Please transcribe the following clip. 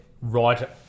right